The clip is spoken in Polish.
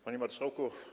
Panie Marszałku!